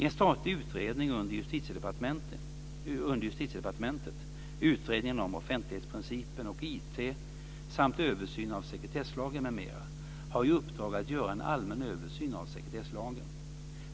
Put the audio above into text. En statlig utredning under Justitiedepartementet, Utredningen om offentlighetsprincipen och IT samt översyn av sekretesslagen m.m., har i uppdrag att göra en allmän översyn av sekretesslagen.